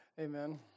Amen